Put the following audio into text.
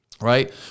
Right